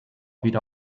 wieder